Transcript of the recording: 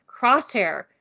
Crosshair